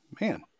Man